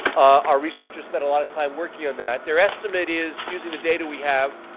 our researchers spent a lot of time working on that. their estimate is, using the data we have,